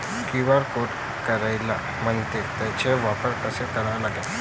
QR code कायले म्हनते, त्याचा वापर कसा करा लागन?